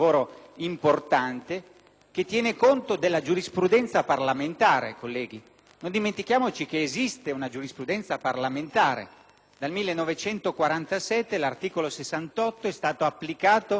che tiene conto della giurisprudenza parlamentare, colleghi. Non dimentichiamoci che esiste una giurisprudenza parlamentare. Dal 1947 l'articolo 68 è stato applicato tantissime volte